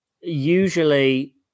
usually